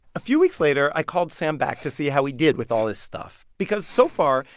a few weeks later, i called sam back to see how he did with all his stuff because so far,